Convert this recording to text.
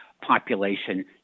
population